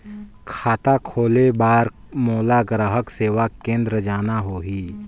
खाता खोले बार मोला ग्राहक सेवा केंद्र जाना होही?